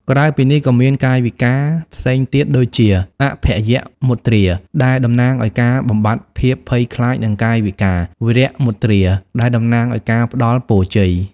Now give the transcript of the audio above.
ក្រៅពីនេះ ក៏មានកាយវិការផ្សេងទៀតដូចជា អភយមុទ្រា ដែលតំណាងឱ្យការបំបាត់ភាពភ័យខ្លាច និងកាយវិការ វរមុទ្រា ដែលតំណាងឱ្យការផ្ដល់ពរជ័យ។